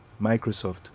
Microsoft